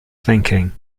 thinking